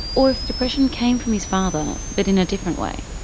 or if the depression came from his father, but in a different way.